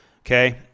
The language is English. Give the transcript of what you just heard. Okay